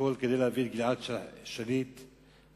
הכול כדי להביא את גלעד שליט הביתה.